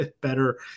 better